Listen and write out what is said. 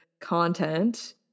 content